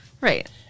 Right